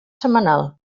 setmanal